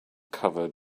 covered